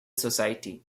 society